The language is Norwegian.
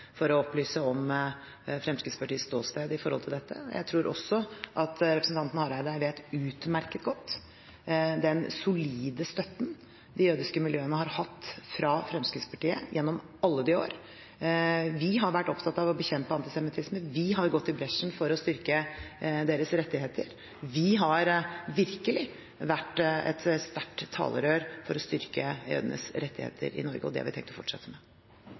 for å opplyse om hva som er Fremskrittspartiets ståsted. Jeg tror også at representanten Hareide utmerket godt kjenner til den solide støtten de jødiske miljøene har hatt fra Fremskrittspartiet gjennom alle de år. Vi har vært opptatt av å bekjempe antisemittisme, vi har gått i bresjen for å styrke deres rettigheter. Vi har virkelig vært et sterkt talerør for å styrke jødenes rettigheter i Norge, og det har vi tenkt å fortsette med.